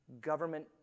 government